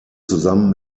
zusammen